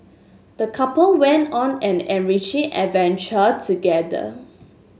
the couple went on an enriching adventure together